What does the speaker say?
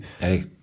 Hey